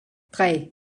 drei